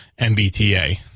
MBTA